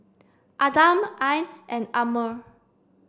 Adam Ain and Ammir